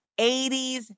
80s